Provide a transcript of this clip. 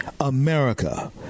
America